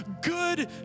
good